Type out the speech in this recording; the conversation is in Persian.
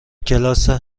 کلاس